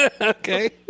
Okay